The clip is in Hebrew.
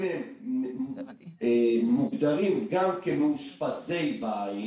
אם הם מוגדרים גם כמאושפזי בית,